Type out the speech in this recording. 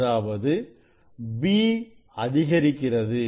அதாவது இடைவெளி b அதிகரிக்கிறது